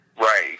Right